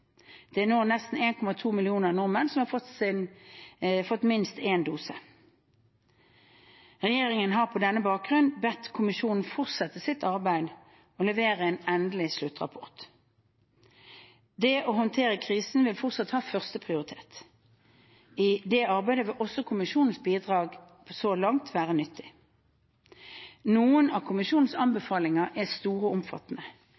Det er nå nesten 1,2 millioner nordmenn som har fått minst én dose. Regjeringen har på denne bakgrunn bedt kommisjonen fortsette sitt arbeid og levere en endelig sluttrapport. Det å håndtere krisen vil fortsatt ha førsteprioritet. I det arbeidet vil også kommisjonens bidrag så langt være nyttig. Noen av kommisjonens anbefalinger er store og omfattende.